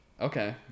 Okay